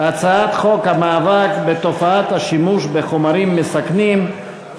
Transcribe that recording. חוק המאבק בתופעת השימוש בחומרים מסכנים,